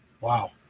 wow